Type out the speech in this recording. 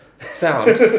Sound